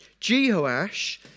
Jehoash